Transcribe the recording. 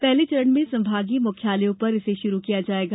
पहले चरण में संभागीय मुख्यालयों पर इसे षुरू किया जाएगा